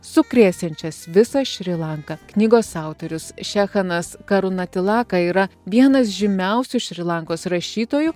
sukrėsiančias visą šri lanką knygos autorius šechanas karunatilaka yra vienas žymiausių šri lankos rašytojų